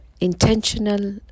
intentional